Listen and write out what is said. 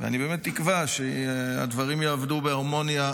ואני באמת מקווה שהדברים יעבדו בהרמוניה,